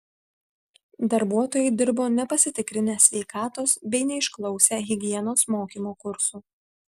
darbuotojai dirbo nepasitikrinę sveikatos bei neišklausę higienos mokymo kursų